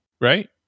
right